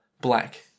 black